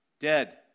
Dead